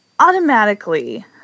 automatically